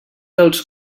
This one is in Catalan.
dels